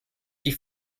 die